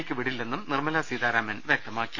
യ്ക്ക് വിടി ല്ലെന്നും നിർമല സീതാരാമൻ വൃക്തമാക്കി